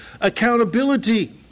accountability